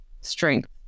strength